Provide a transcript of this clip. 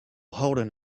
holding